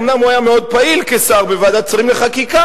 אומנם הוא היה מאוד פעיל כשר בוועדת שרים לחקיקה,